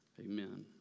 Amen